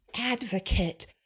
advocate